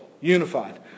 unified